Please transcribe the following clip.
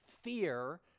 fear